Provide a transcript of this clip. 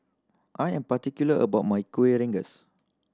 I am particular about my Kuih Rengas